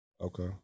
Okay